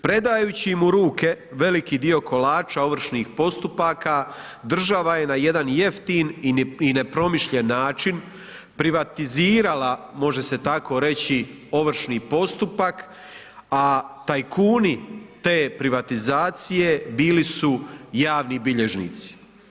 Predajući im u ruke veliki dio kolača ovršnih postupaka država je na jedan jeftin i nepromišljen način privatizirala, može se tako reći, ovršni postupak a tajkuni te privatizacije bili su javni bilježnici.